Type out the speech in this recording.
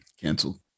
Cancel